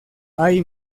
hay